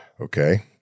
Okay